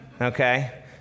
okay